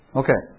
okay